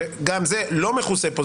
וגם זה לא מכוסה פה,